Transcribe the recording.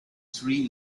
sri